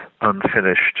unfinished